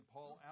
Paul